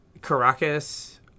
Caracas